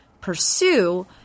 pursue –